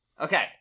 Okay